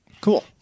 Cool